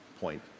point